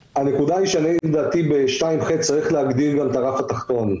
לדעתי בסעיף 2(ח) צריך להגדיר גם את הרף התחתון,